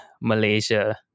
Malaysia